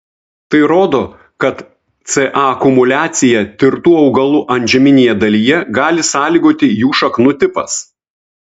tai rodo kad ca akumuliaciją tirtų augalų antžeminėje dalyje gali sąlygoti jų šaknų tipas